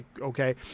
Okay